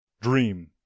Dream